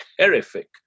Terrific